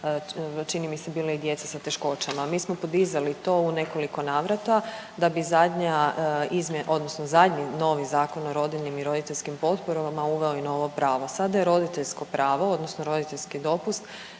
čini mi se bili i djeca s teškoćama. Mi smo podizali to u nekoliko navrata da bi zadnja izmjena odnosno zadnji novi Zakon o rodiljnim i roditeljskim potporama uveo i novo pravo. Sada je roditeljsko pravo odnosno roditeljski dopust